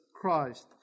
Christ